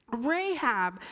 Rahab